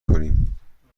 کنیم